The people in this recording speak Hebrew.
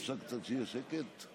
אפשר שיהיה קצת שקט?